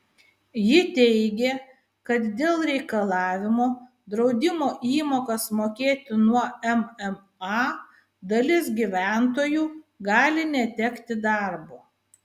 ji teigė kad dėl reikalavimo draudimo įmokas mokėti nuo mma dalis gyventojų gali netekti darbo